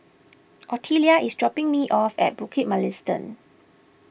Ottilia is dropping me off at Bukit Mugliston